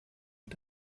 mit